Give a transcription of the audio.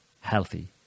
healthy